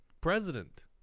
president